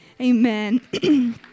amen